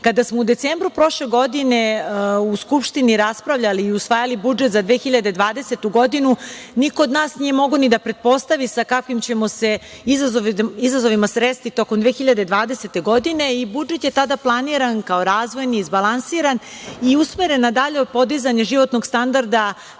smo u decembru prošle godine u Skupštini raspravljali i usvajali budžet za 2020. godinu, niko od nas nije mogao ni da pretpostavi sa kakvim ćemo se izazovima sresti tokom 2020. godine i budžet je tada planiran kao razvojni, izbalansiran, i usmeren na dalje podizanje životnog standarda